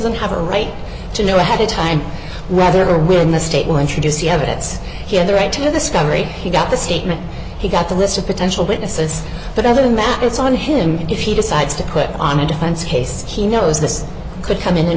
doesn't have a right to know ahead of time rather when the state will introduce the evidence he had the right to the scullery he got the statement he got the list of potential witnesses but other than that it's on him if he decides to put on a defense case he knows this could come in